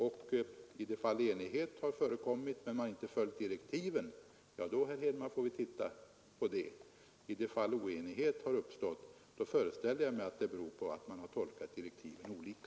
I de fall då enighet har rått men man inte har följt direktiven får vi, herr Henmark, titta på det. I de fall då oenighet har uppstått föreställer jag mig att det har berott på att man har tolkat direktiven olika.